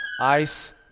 ice